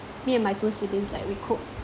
me and my two siblings like we cook